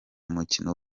umukino